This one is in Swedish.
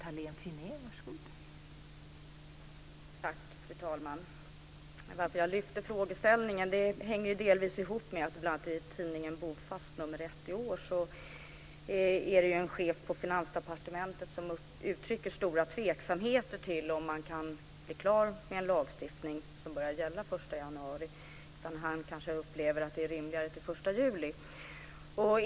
Fru talman! Anledningen till att jag lyfte frågeställningen hänger delvis ihop med att det i tidningen Bofast nr 1 i år är en chef i Finansdepartementet som uttrycker stor tveksamhet till att man kan bli klar med en lagstiftning som börjar gälla den 1 januari. Han kanske upplever att den 1 juli är rimligare.